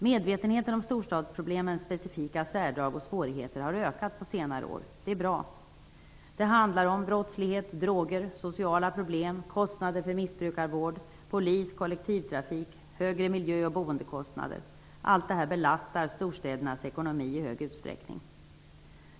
Medvetenheten om storstadsproblemens specifika särdrag och svårigheter har ökat på senare år. Det är bra. Det handlar om brottslighet, droger, sociala problem, kostnader för missbrukarvård, polis, kollektivtrafik, högre miljö och boendekostnader. Allt detta belastar strostädernas ekonomi i stor utsträckning.